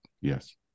Yes